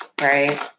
right